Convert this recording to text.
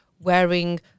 wearing